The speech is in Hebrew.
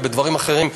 או בדברים אחרים,